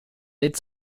lädt